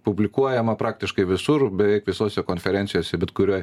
publikuojama praktiškai visur beveik visose konferencijose bet kurioj